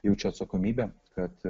jaučiu atsakomybę kad